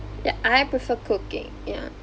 ya I prefer cooking ya